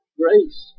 grace